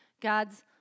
God's